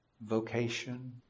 vocation